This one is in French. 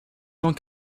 cent